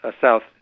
South